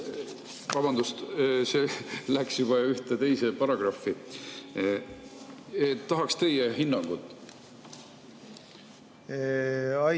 Vabandust, see on juba üks teine paragrahv. Tahaks teie hinnangut.